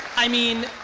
i mean,